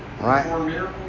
Right